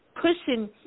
pushing